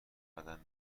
قدم